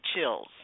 chills